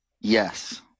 Yes